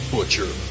Butcher